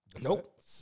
Nope